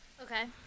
Okay